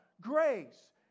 grace